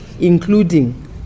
including